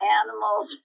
animals